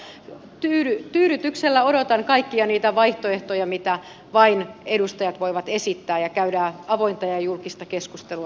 sitä kautta tyydytyksellä odotan kaikkia niitä vaihtoehtoja mitä edustajat vain voivat esittää ja käydään avointa ja julkista keskustelua